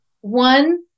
One